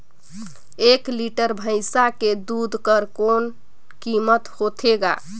एक लीटर भैंसा के दूध कर कौन कीमत होथे ग?